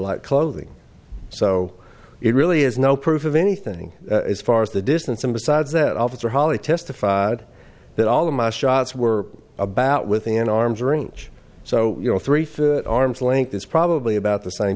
like clothing so it really is no proof of anything as far as the distance and besides that officer holly testified that all of my shots were about within arm's reach so you know three arms length is probably about the same